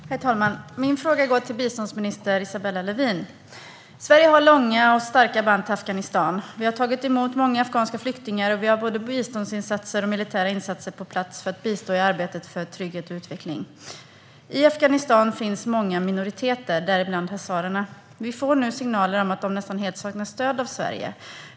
Herr talman! Min fråga går till biståndsminister Isabella Lövin. Sverige har långa och starka band till Afghanistan. Vi har tagit emot många afghanska flyktingar, och vi har både biståndsinsatser och militära insatser på plats för att bistå i arbetet för trygghet och utveckling. I Afghanistan finns många minoriteter, däribland hazarerna. Vi får nu signaler om att de nästan helt saknar stöd av Sverige.